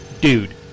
dude